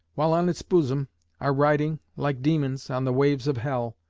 while on its bosom are riding, like demons on the waves of hell,